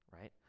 Right